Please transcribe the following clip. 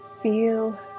Feel